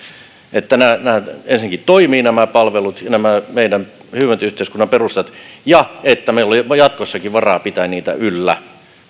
että nämä palvelut ensinnäkin toimivat tämä meidän hyvinvointiyhteiskunnan perusta ja että meillä on jatkossakin varaa pitää niitä yllä